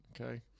Okay